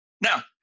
Now